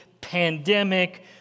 pandemic